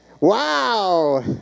Wow